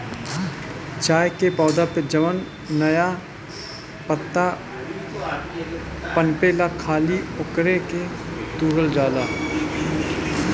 चाय के पौधा पे जवन नया पतइ पनपेला खाली ओकरे के तुरल जाला